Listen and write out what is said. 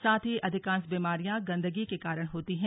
साथ ही अधिकांश बीमारियां गन्दगी के कारण होती है